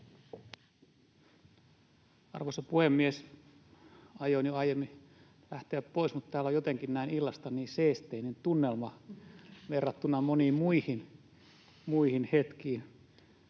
Arvoisa puhemies! Aioin jo aiemmin lähteä pois, mutta täällä on jotenkin näin illasta niin seesteinen tunnelma verrattuna moniin muihin hetkiin.